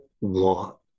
want